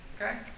okay